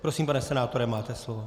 Prosím, pane senátore, máte slovo.